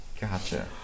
Gotcha